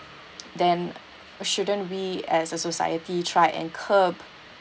then shouldn't we as a society try and curb